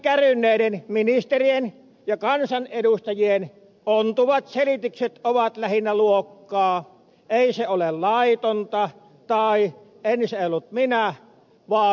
silloinkin kärynneiden ministereiden ja kansanedustajien ontuvat selitykset ovat lähinnä luokkaa ei se ole laitonta tai en se ollut minä vaan joku muu